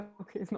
okay